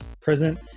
present